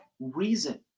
reason